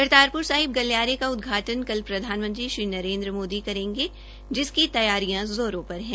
करतारपुर साहिब गलियारे का उदघाटन कल प्रधानमंत्री श्री नरेन्द्र मोदी करेंगे जिसकी तैयारियों ज़ोरो पर है